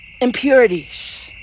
impurities